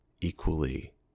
equally